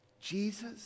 Jesus